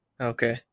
okay